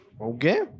Okay